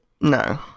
No